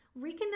reconnect